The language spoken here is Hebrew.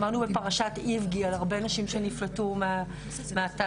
שמענו בפרשת איבגי על הרבה נשים שנפלטו מהתעשייה.